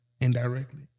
indirectly